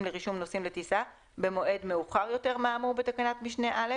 לרישום נוסעים לטיסה במועד מאוחר יותר מהאמור בתקנת משנה (א)